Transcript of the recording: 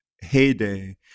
heyday